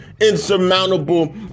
insurmountable